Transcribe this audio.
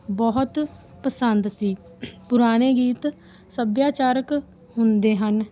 ਬਹੁਤ ਪਸੰਦ ਸੀ ਪੁਰਾਣੇ ਗੀਤ ਸੱਭਿਆਚਾਰਕ ਹੁੰਦੇ ਹਨ